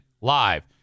live